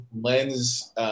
lens